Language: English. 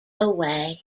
away